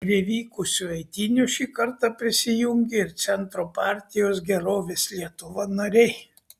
prie vykusių eitynių šį kartą prisijungė ir centro partijos gerovės lietuva nariai